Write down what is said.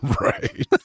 Right